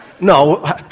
no